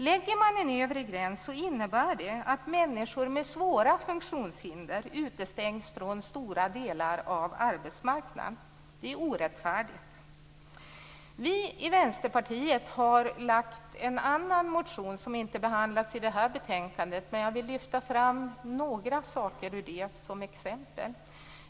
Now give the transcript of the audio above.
Lägger man en övre gräns, innebär det att människor med svåra funktionshinder utestängs från stora delar av arbetsmarknaden. Det är orättfärdigt. Vi i Vänsterpartiet har lagt fram en annan motion, en motion som inte behandlas i det här betänkandet. Men jag vill lyfta fram några saker ur den som exempel.